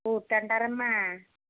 ఊరికే అంటారమ్మా